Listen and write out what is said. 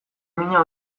mina